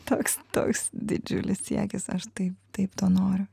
toks toks didžiulis siekis aš taip taip to noriu